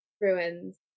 Ruins